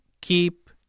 keep